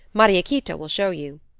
mariequita will show you.